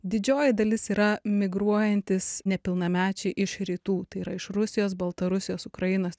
didžioji dalis yra migruojantys nepilnamečiai iš rytų tai yra iš rusijos baltarusijos ukrainos